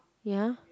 ya